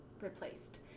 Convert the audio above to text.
replaced